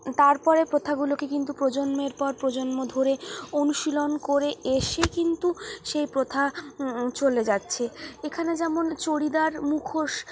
তারপরে প্রথাগুলোকে কিন্তু প্রজন্মের পর প্রজন্ম ধরে অনুশীলন করে এসে কিন্তু সে প্রথা চলে যাচ্ছে এখানে যেমন চুড়িদার মুখোশ